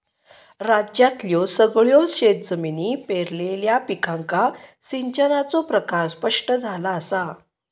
राज्यातल्यो सगळयो शेतजमिनी पेरलेल्या पिकांका सिंचनाचो प्रकार स्पष्ट झाला असा